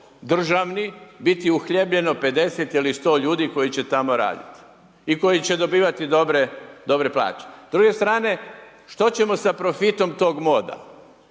državni biti uhljebljeno 50 ili 100 ljudi koji će tamo raditi i koji će dobivati dobre plaće. S druge strane, što ćemo sa profitom toga moda?